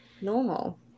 normal